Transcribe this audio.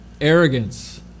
arrogance